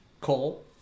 Cole